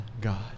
God